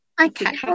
Okay